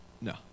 no